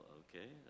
okay